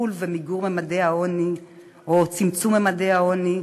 לטיפול ומיגור ממדי העוני או לצמצום ממדי העוני,